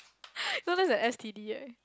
sometimes the S_T_D right